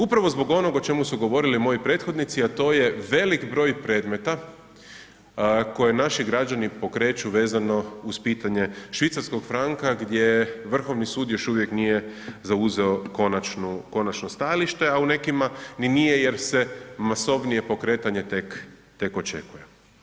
Upravo zbog onog o čemu su govorili moji prethodnici a to je velik broj predmeta koje naši građani pokreću vezano uz pitanje švicarskog franka gdje Vrhovni sud još uvijek nije zauzeo konačno stajalište a u nekima ni nije jer se masovnije pokretanje tek očekuje.